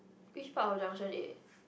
which part of junction eight